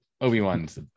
Obi-Wan's